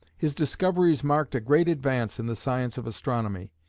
his discoveries marked a great advance in the science of astronomy.